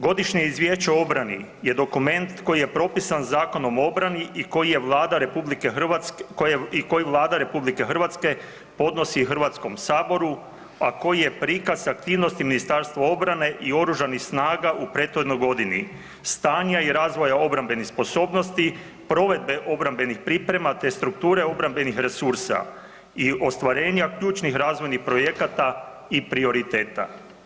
Godišnje izvješće o obrani je dokument koji je propisan Zakonom o obrani i koji Vlada RH podnosi HS-u, a koji je prikaz aktivnosti Ministarstva obrane i Oružanih snaga u prethodnoj godini, stanja i razvoja obrambenih sposobnosti, provedbe obrambenih priprema te strukture obrambenih resursa i ostvarenja ključnih razvojnih projekata i prioriteta.